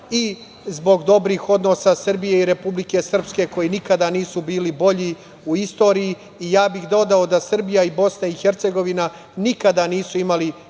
zbog dobrih odnosa Srbije i Republike Srpske koji nikada nisu bili bolji u istoriji. Ja bih dodao da Srbija i BiH nikada nisu imali